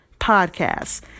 podcasts